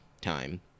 time